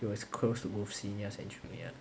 he was close to both seniors and juniors